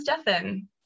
Stefan